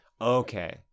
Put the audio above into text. okay